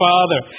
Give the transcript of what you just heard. Father